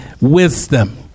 wisdom